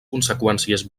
conseqüències